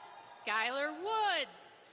skylar woods.